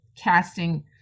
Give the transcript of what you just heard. casting